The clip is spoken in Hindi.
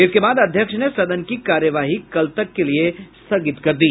इसके बाद अध्यक्ष ने सदन की कार्यवाही कल तक के लिए स्थगित कर दी